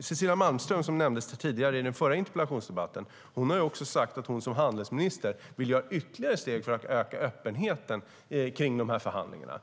Cecilia Malmström, som nämndes i den förra interpellationsdebatten, har sagt att hon som handelsminister vill ta ytterligare steg för att öka öppenheten kring de här förhandlingarna.